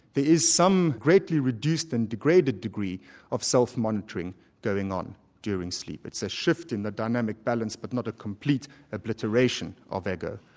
is some greatly reduced and degraded degree of self-monitoring going on during sleep, it's a shift in the dynamic balance but not a complete obliteration of ego,